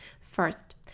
First